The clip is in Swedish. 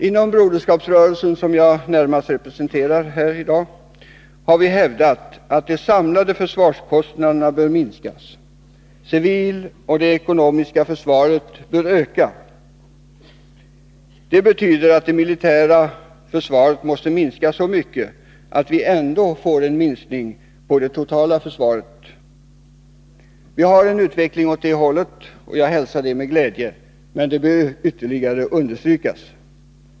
Inom Broderskapsrörelsen, som jag närmast representerar här i dag, har vi hävdat att de samlade försvarskostnaderna bör minskas. Civilförsvaret och det ekonomiska försvaret bör ökas. Det betyder att det militära försvaret måste minskas så mycket att vi ändå får en minskning när det gäller det totala försvaret. Vi har en utveckling åt det hållet, och jag hälsar det med glädje, men det behöver ytterligare understrykas.